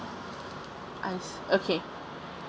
I se~ okay